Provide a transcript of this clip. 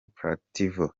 pletnyova